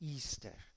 Easter